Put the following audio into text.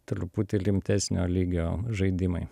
truputį rimtesnio lygio žaidimai